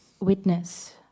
witness